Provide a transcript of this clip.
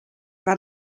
war